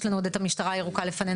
יש לנו עוד את המשטרה ירוקה לפנינו,